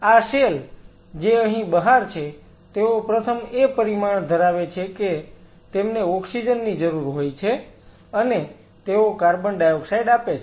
આ સેલ જે અહીં બહાર છે તેઓ પ્રથમ એ પરિમાણ ધરાવે છે કે તેમને ઓક્સિજન ની જરૂર હોય છે અને તેઓ કાર્બન ડાયોક્સાઈડ આપે છે